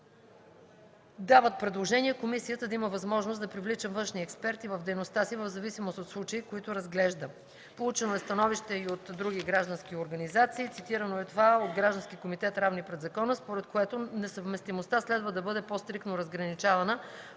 Дават предложения комисията да има възможност да привлича външни експерти в дейността си в зависимост от случая, който разглежда. 8. Получено е становище и от други граждански организации. Цитирано е това от Граждански комитет „Равни пред Закона”, според което несъвместимостта следва да бъде по-стриктно разграничавана